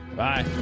Bye